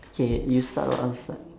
K you start or I'll start